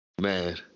Man